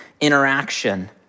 interaction